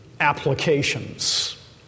applications